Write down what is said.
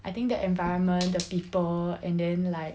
I think the environment the people and then like